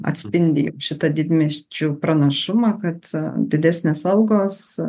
atspindi šitą didmiesčių pranašumą kad didesnės algos